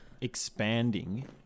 expanding